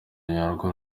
nyarwo